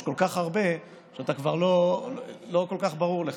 יש כל כך הרבה שכבר לא כל כך ברור לך.